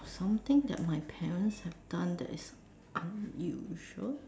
something that my parents have done that is unusual